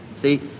See